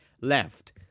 left